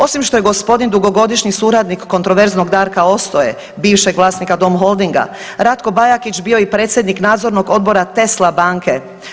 Osim što je gospodin dugogodišnji suradnik kontroverznog Darka Ostoje bivšeg vlasnika Dom Holdinga, Ratko Bajakić bio je i predsjednik nadzornog odbora Tesla banke.